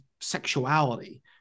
sexuality